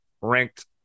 ranked